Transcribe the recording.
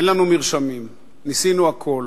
אין לנו מרשמים, ניסינו הכול.